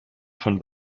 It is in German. von